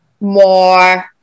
more